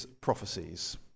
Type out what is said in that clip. prophecies